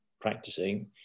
practicing